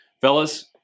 Fellas